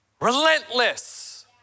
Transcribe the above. relentless